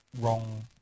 wrong